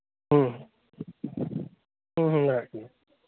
ᱦᱮᱸ ᱦᱮᱸ ᱚᱱᱟᱜᱮ ᱟᱨᱠᱤ